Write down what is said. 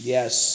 Yes